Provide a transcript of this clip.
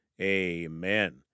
amen